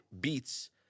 beats